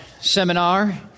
seminar